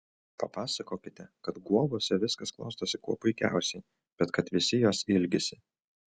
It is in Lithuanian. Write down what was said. papasakokite kad guobose viskas klostosi kuo puikiausiai bet kad visi jos ilgisi